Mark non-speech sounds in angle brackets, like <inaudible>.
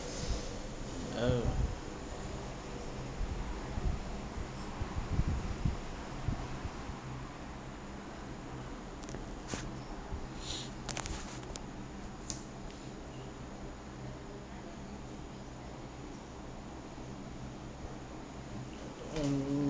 oh <noise> mm